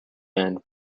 end